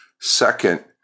Second